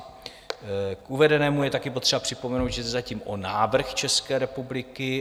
K uvedenému je také potřeba připomenout, že jde zatím o návrh České republiky.